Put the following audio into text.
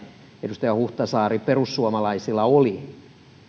edustaja huhtasaari että perussuomalaisilla oli